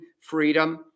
freedom